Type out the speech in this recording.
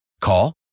Call